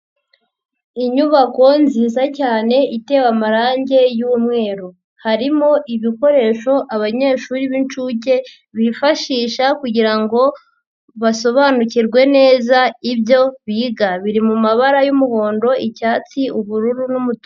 Inyubako nziza cyane itewe amarangi y'umweru, harimo ibikoresho abanyeshuri b'inshuke bifashisha kugira ngo basobanukirwe neza ibyo biga, biri mu mabara y'umuhondo, icyatsi, ubururu n'umutuku.